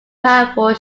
powerful